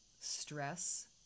stress